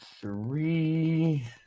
three